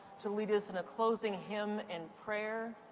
to lead us in a closing hymn and prayer.